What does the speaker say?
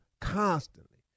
constantly